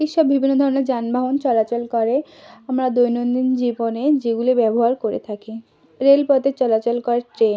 এসব বিভিন্ন ধরনের যানবাহন চলাচল করে আমরা দৈনন্দিন জীবনে যেগুলো ব্যবহার করে থাকি রেলপথে চলাচল করে ট্রেন